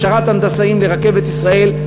הכשרת הנדסאים לרכבת ישראל.